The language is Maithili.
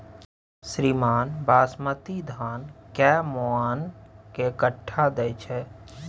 श्रीमान बासमती धान कैए मअन के कट्ठा दैय छैय?